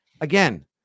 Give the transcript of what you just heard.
again